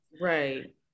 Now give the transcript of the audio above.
right